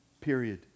Period